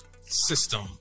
system